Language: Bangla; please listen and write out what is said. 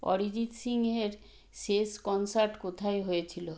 অরিজিৎ সিংহের শেষ কনসার্ট কোথায় হয়েছিল